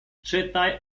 czytaj